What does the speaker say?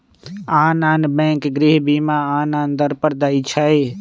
आन आन बैंक गृह बीमा आन आन दर पर दइ छै